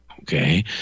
Okay